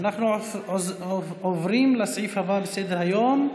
אנחנו עוברים לסעיף הבא בסדר-היום,